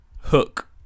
Hook